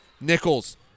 Nichols